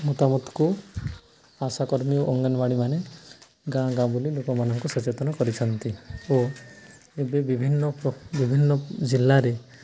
ମତାମତକୁ ଆଶାକର୍ମୀ ଓ ଅଙ୍ଗନବାଡ଼ିମାନେ ଗାଁ ଗାଁ ବୁଲି ଲୋକମାନଙ୍କୁ ସଚେତନ କରିଛନ୍ତି ଓ ଏବେ ବିଭିନ୍ନ ବିଭିନ୍ନ ଜିଲ୍ଲାରେ